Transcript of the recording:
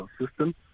system